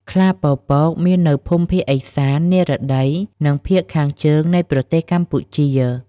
ខ្លាពពកមាននៅភូមិភាគឥសាន និរតី និងភាគខាងជើងនៃប្រទេសកម្ពុជា។